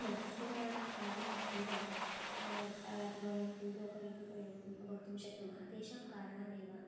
मध्यस्थजनानां कारणात् एव अतवा वयं किं ब्रोकर् इति वयं वक्तुं शक्नुमः तेषां कारणादेव